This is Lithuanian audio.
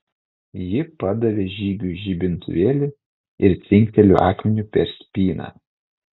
ji padavė žygiui žibintuvėlį ir trinktelėjo akmeniu per spyną